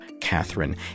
Catherine